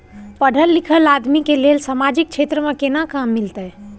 पढल लीखल आदमी के लेल सामाजिक क्षेत्र में केना काम मिलते?